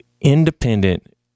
independent